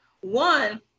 One